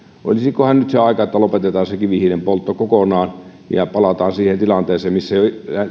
olisikohan nyt se aika että lopetetaan se kivihiilen poltto kokonaan ja palataan siihen tilanteeseen missä jo